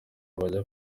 bajya